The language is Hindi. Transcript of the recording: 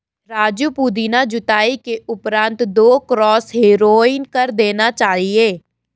राजू पुदीना जुताई के उपरांत दो क्रॉस हैरोइंग कर देना चाहिए